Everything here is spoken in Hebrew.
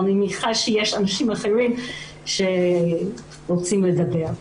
אני מניחה שיש אנשים אחרים שרוצים לדבר פה.